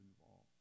involved